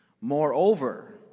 Moreover